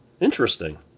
interesting